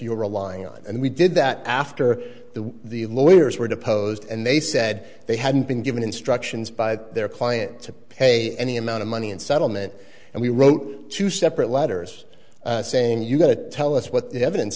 are relying on and we did that after the the lawyers were deposed and they said they hadn't been given instructions by their client to pay any amount of money and settlement and we wrote two separate letters saying you're going to tell us what the evidence